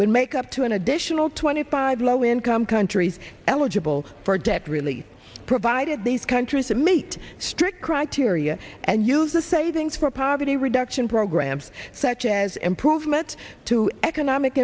will make up to an additional twenty five low income countries eligible for debt relief provided these countries to meet strict criteria and use the savings for poverty reduction programs such as improvement to economic